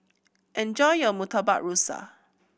enjoy your Murtabak Rusa